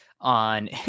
on